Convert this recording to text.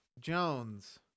Jones